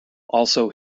also